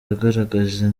yagaragaje